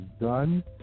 done